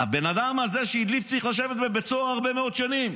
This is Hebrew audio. הבן-אדם הזה שהדליף צריך לשבת בבית סוהר הרבה מאוד שנים.